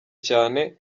cyane